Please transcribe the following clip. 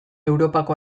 europako